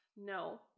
No